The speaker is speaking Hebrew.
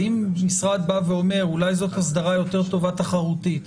האם משרד אומר, אולי זאת אסדרה יותר טובה תחרותית,